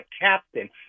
captain